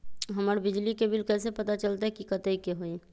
हमर बिजली के बिल कैसे पता चलतै की कतेइक के होई?